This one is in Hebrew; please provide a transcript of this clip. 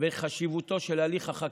ועל חשיבותו של הליך החקיקה.